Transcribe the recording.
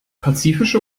pazifische